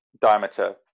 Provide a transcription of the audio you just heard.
diameter